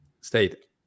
state